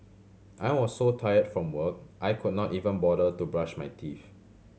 I was so tired from work I could not even bother to brush my teeth